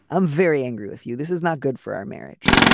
i'm very angry with you. this is not good for our marriage.